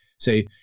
say